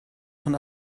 von